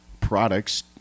products